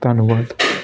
ਧੰਨਵਾਦ